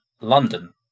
London